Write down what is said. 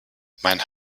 mein